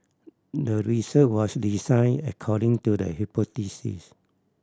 the research was designed according to the hypothesis